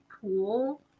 pool